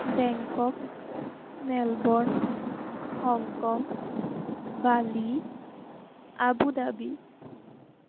Bangkok Melbourne Hong Kong Bali Abu Dhabi